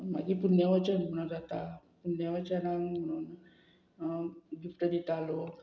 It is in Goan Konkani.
मागीर पुण्यवाचन म्हणून जाता पुण्यवाचन गिफ्ट दिता लोक